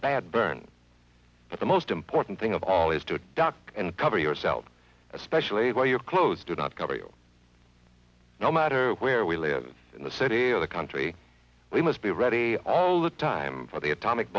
bad burn but the most important thing of all is to duck and cover yourself especially when your clothes do not cover you no matter where we live in the city of the country we must be ready all the time for the atomic